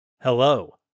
Hello